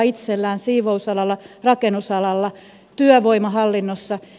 siivousalalla rakennusalalla työvoimahallinnossa